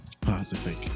Positive